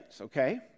okay